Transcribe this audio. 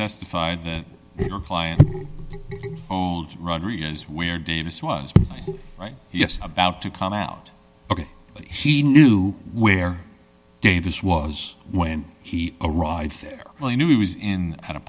testified that your client own rodriguez where davis was right yes about to come out ok he knew where davis was when he arrived there well he knew he was in at a